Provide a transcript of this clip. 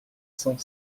cent